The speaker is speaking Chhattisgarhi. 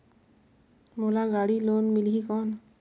मोला गाड़ी लोन मिलही कौन?